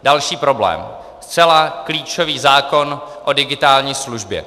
Další problém: zcela klíčový zákon o digitální službě.